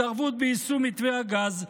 התערבות ביישום מתווה הגז,